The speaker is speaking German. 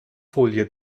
folie